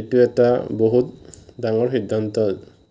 এইটো এটা বহুত ডাঙৰ সিদ্ধান্ত